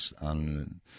on